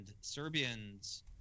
serbians